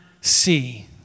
see